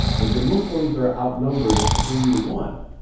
and the muslims are outnumbered three to one.